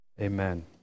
Amen